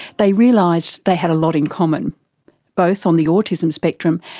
they realised they had a lot in common both on the autism spectrum,